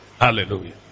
Hallelujah